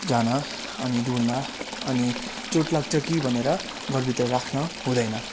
जान अनि डुल्न अनि चोट लाग्छ कि भनेर घरभित्र राख्न हुँदैन